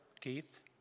Keith